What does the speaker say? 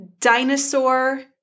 dinosaur